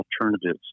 alternatives